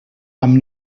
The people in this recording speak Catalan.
amb